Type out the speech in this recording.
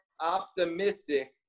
optimistic